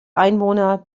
einwohner